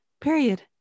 period